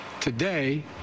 Today